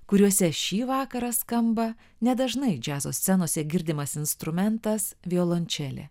kuriuose šį vakarą skamba nedažnai džiazo scenose girdimas instrumentas violončelė